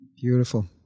Beautiful